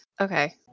okay